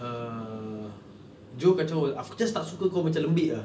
err joe kacau aku just tak suka kau macam lembik ah